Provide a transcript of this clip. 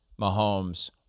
Mahomes